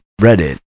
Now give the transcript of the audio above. Reddit